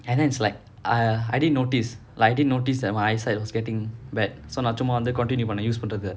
and then it's like I I didn't notice like I didn't notice that my eyesight was getting bad so நான் சும்மா வந்து:naan chumma vanthu continue பண்ணேன்:pannaen